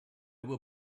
were